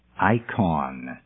icon